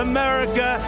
America